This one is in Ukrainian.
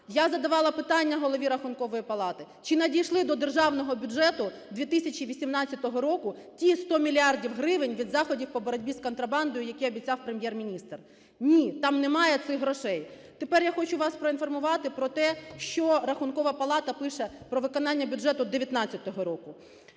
Я задавала питання Голові Рахункової палати, чи надійшли до Державного бюджету 2018 року ті 100 мільярдів гривень від заходів по боротьбі із контрабандою, яке обіцяв Прем'єр-міністр. Ні, там немає цих грошей. Тепер я хочу вас проінформувати про те, що Рахункова палата пише про виконання бюджету 2019 року.